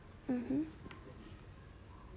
mmhmm